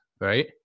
right